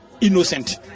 innocent